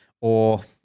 or-